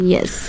Yes